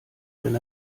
wenn